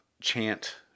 chant